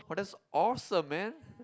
oh that's awesome man